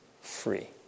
free